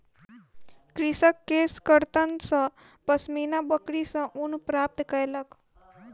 कृषक केशकर्तन सॅ पश्मीना बकरी सॅ ऊन प्राप्त केलक